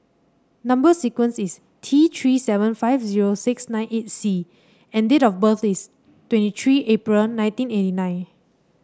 number sequence is T Three seven five zero six nine eight C and date of birth is twenty three April nineteen eighty nine